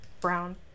brown